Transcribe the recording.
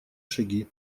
шаги